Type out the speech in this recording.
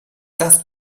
das